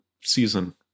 season